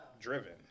driven